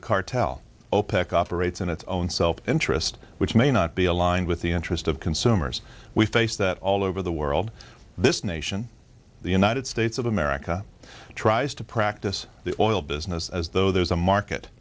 a cartel opec operates in its own self interest which may not be aligned with the interest of consumers we face that all over the world this nation the united states of america tries to practice the oil business as though there's a market